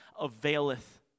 availeth